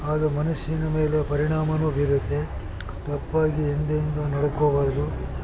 ಆಗ ಮನುಷ್ಯನ ಮೇಲೆ ಪರಿಣಾಮವೂ ಬೀರುತ್ತೆ ತಪ್ಪಾಗಿ ಎಂದೆಂದು ನಡ್ಕೊಳ್ಬಾರ್ದು